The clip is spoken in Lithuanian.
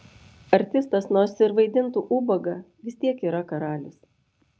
artistas nors ir vaidintų ubagą vis tiek yra karalius